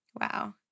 Wow